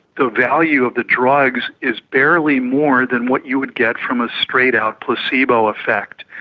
the value of the drugs is barely more than what you would get from a straight out placebo effect.